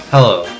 Hello